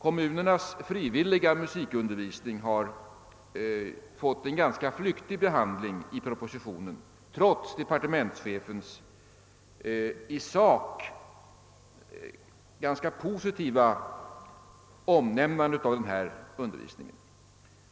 Kommunernas frivilliga musikundervisning har fått en ganska flyktig behandling i propositionen trots departementschefens i sak ganska positiva omnämnande av denna undervisning.